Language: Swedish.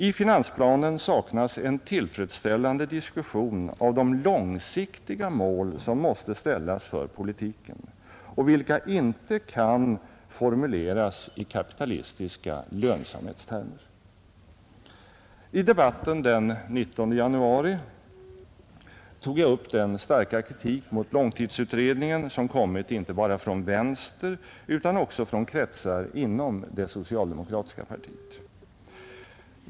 I finansplanen saknas en tillfredsställande diskussion av de långsiktiga mål som måste ställas för den ekonomiska politiken och vilka inte kan formuleras i kapitalistiska lönsamhetstermer. I debatten den 19 januari tog jag upp den starka kritik mot långtidsutredningen som kommit inte bara från vänster utan också från kretsar inom det socialdemokratiska partiet.